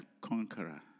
conqueror